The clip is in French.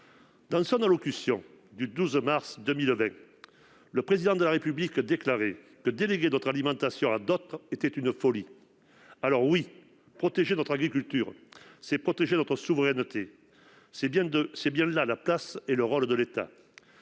Dans son allocution du 12 mars 2020, le Président de la République déclarait que déléguer notre alimentation à d'autres était une folie. Oui, protéger notre agriculture, c'est protéger notre souveraineté ! C'est bien là le rôle et la place de l'État.